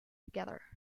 together